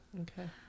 Okay